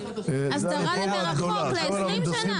הסדרה למרחוק ל-20 שנים.